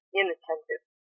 inattentive